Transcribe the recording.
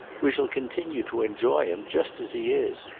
we shall continue to enjoy him just as he is.